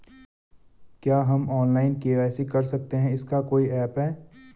क्या हम online KYC कर सकते हैं इसका कोई ऐप है?